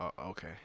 Okay